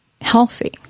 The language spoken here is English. healthy